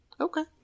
Okay